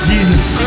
Jesus